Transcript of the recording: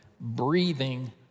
breathing